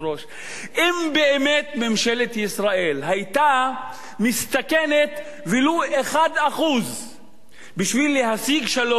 אם באמת ממשלת ישראל היתה מסתכנת בשביל להשיג שלום ולו